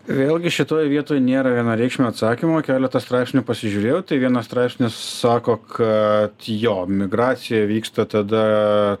vėlgi šitoj vietoj nėra vienareikšmio atsakymo keletą straipsnių pasižiūrėjau tai vienas straipsnis sako kad jo migracija vyksta tada